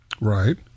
Right